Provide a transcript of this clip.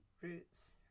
roots